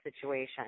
situation